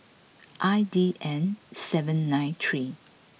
I D N seven nine three